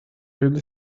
really